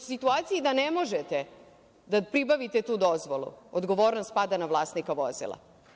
U situaciji da ne možete da pribavite tu dozvolu odgovornost pada na vlasnika vozila.